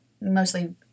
mostly